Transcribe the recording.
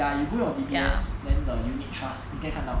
ya you go on D_B_S then the unit trust 你可以看到